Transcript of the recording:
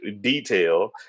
detail